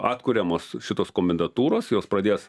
atkuriamos šitos komendatūros jos pradės